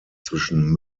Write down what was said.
zwischen